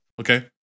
Okay